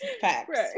Facts